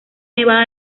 nevada